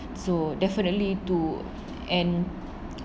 so definitely to and